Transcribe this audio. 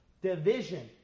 Division